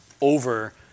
over